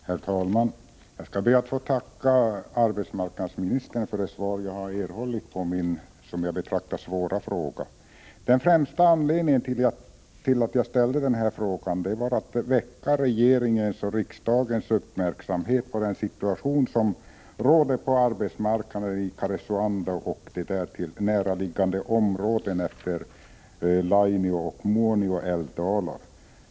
Herr talman! Jag skall be att få tacka arbetsmarknadsministern för det svar som jag har erhållit på min som jag betraktar det svåra fråga. Den främsta anledningen till att jag ställde frågan var att jag ville väcka regeringens och riksdagens uppmärksamhet beträffande den situation som råder på arbetsmarknaden i Karesuando och närliggande områden utefter Lainio och Muonio älvdalar.